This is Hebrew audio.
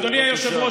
אדוני היושב-ראש,